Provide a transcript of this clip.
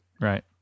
Right